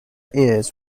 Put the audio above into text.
ears